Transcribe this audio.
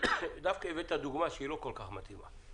דווקא הבאת דוגמה שהיא לא כל כך מתאימה.